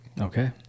okay